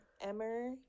Emmer